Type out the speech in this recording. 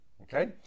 okay